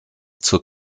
zur